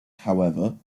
however